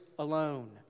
alone